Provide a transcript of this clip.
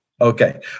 Okay